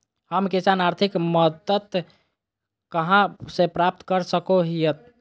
हम किसान आर्थिक मदत कहा से प्राप्त कर सको हियय?